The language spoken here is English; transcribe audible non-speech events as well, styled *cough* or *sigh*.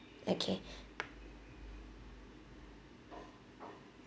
okay *breath*